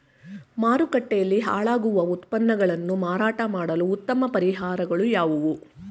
ಮಾರುಕಟ್ಟೆಯಲ್ಲಿ ಹಾಳಾಗುವ ಉತ್ಪನ್ನಗಳನ್ನು ಮಾರಾಟ ಮಾಡಲು ಉತ್ತಮ ಪರಿಹಾರಗಳು ಯಾವುವು?